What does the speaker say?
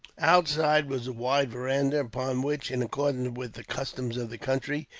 outside was a wide veranda, upon which, in accordance with the customs of the country,